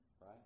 right